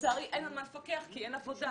לצערי אין על מה לפקח כי אין עבודה.